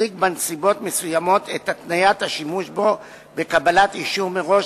מצדיק בנסיבות מסוימות את התניית השימוש בו בקבלת אישור מראש